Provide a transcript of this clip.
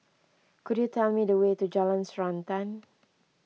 could you tell me the way to Jalan Srantan